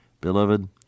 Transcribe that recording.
Beloved